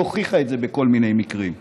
והיא הוכיחה את זה בכל מיני מקרים.